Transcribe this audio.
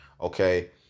okay